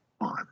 on